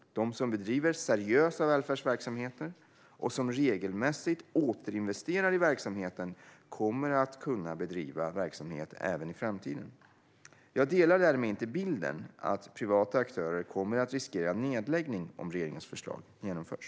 De som bedriver seriösa välfärdsverksamheter och som regelmässigt återinvesterar i verksamheten kommer att kunna bedriva verksamhet även i framtiden. Jag delar därmed inte bilden att privata aktörer kommer att riskera nedläggning om regeringens förslag genomförs.